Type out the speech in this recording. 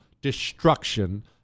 destruction